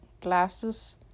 glasses